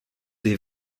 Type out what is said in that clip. des